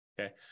Okay